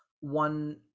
one